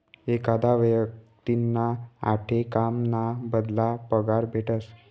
एखादा व्यक्तींना आठे काम ना बदला पगार भेटस